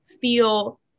feel